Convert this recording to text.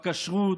בכשרות,